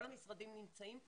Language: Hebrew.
כל המשרדים נמצאים פה,